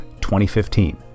2015